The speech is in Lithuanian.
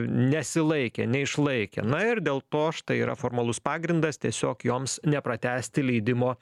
nesilaikė neišlaikė na ir dėl to štai yra formalus pagrindas tiesiog joms nepratęsti leidimo